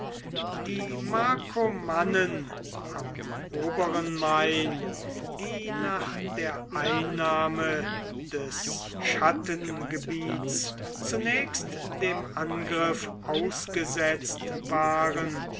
die markomannen am oberen main die nach der einnahme des chattengebiets zunächst dem angriff ausgesetzt waren